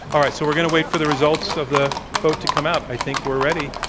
all right. so, we're going to wait for the results of the vote to come out. i think we're ready.